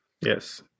Yes